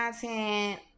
content